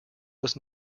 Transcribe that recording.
was